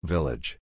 Village